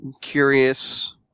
curious